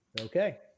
Okay